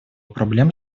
проблем